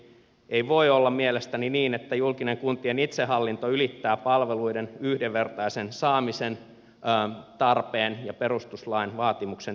ei voi olla mielestäni niin että julkinen kuntien itsehallinto ylittää palveluiden yhdenvertaisen saamisen tarpeen ja perustuslain vaatimuksen tästä